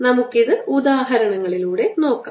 നമുക്ക് ഇത് ഉദാഹരണങ്ങളിലൂടെ നോക്കാം